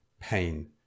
pain